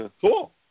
Cool